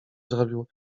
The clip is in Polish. zrobił